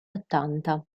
ottanta